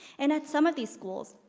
and at some of these schools,